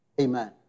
Amen